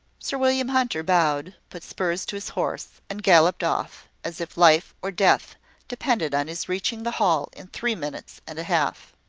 sir william hunter bowed, put spurs to his horse, and galloped off, as if life or death depended on his reaching the hall in three minutes and a half.